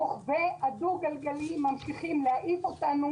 רוכבי הדו גלגליים ממשיכים להעיף אותנו